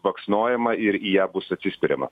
baksnojama ir į ją bus atsispiriama